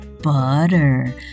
butter